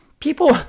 People